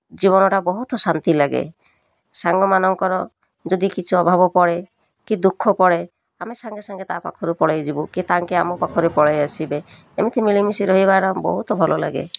ଜୀବନଟା ବହୁତ ଶାନ୍ତି ଲାଗେ ସାଙ୍ଗମାନଙ୍କର ଯଦି କିଛି ଅଭାବ ପଡ଼େ କି ଦୁଃଖ ପଡ଼େ ଆମେ ସାଙ୍ଗେ ସାଙ୍ଗେ ତା ପାଖରୁ ପଳାଇ ଯିବୁ କି ତାଙ୍କେ ଆମ ପାଖରେ ପଳାଇଆସିବେ ଏମିତି ମିଳିମିଶି ରହିବାରେ ବହୁତ ଭଲ ଲାଗେ